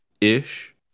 ish